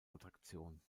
attraktion